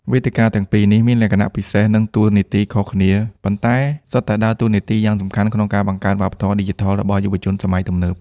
វេទិកាទាំងពីរនេះមានលក្ខណៈពិសេស និងតួនាទីខុសគ្នា ប៉ុន្តែសុទ្ធតែដើរតួនាទីយ៉ាងសំខាន់ក្នុងការបង្កើតវប្បធម៌ឌីជីថលរបស់យុវជនសម័យទំនើប។